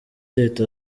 leta